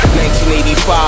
1985